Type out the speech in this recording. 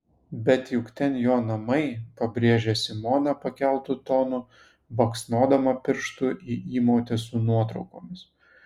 bet juk ten jo namai pabrėžė simona pakeltu tonu baksnodama pirštu į įmautę su nuotraukomis